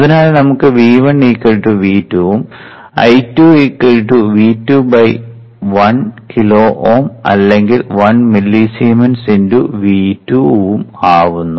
അതിനാൽ നമുക്ക് V1 V2 ഉം I2 V2 1 കിലോ Ω അല്ലെങ്കിൽ 1 മില്ലിസീമെൻസ് × V2 ആവുന്നു